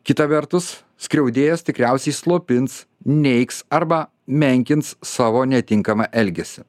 kita vertus skriaudėjas tikriausiai slopins neigs arba menkins savo netinkamą elgesį